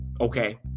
okay